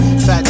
Fat